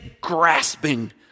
grasping